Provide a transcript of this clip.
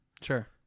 Sure